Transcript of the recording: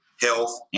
health